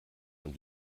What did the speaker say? und